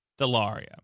Delaria